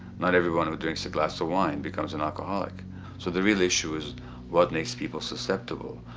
not everyone who drinks a glass of wine becomes an alcoholic. so the real issue is what makes people susceptible?